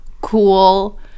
cool